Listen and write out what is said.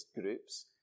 groups